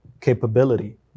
capability